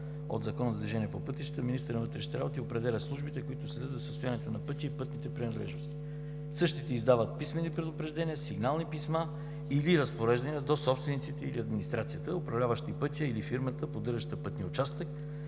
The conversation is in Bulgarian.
от Закона за движение по пътищата министърът на вътрешните работи определя службите, които следят за състоянието на пътя и пътните принадлежности. Същите издават писмени предупреждения, сигнални писма или разпореждания до собствениците или администрацията, управляващи пътя, или фирмата, поддържаща пътния участък,